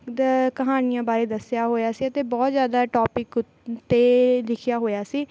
ਦ ਕਹਾਣੀਆਂ ਬਾਰੇ ਦੱਸਿਆ ਹੋਇਆ ਸੀ ਅਤੇ ਬਹੁਤ ਜ਼ਿਆਦਾ ਟੋਪਿਕ ਉੱਤੇ ਲਿਖਿਆ ਹੋਇਆ ਸੀ